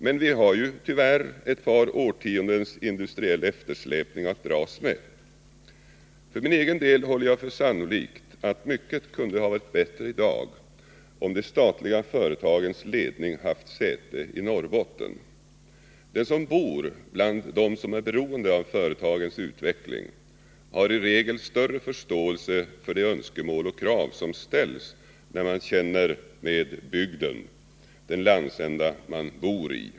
Men vi har tyvärr ett par årtiondens industriell eftersläpning att dras med. För min egen del håller jag för sannolikt att mycket kunde ha varit bättre i dag, om de statliga företagens ledningar haft sitt säte i Norrbotten. Den som bor bland dem som är beroende av företagens utveckling har i regel större förståelse för de önskemål och krav som ställs när man känner med bygden, den landsända man bor i.